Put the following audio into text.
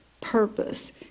purpose